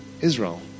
Israel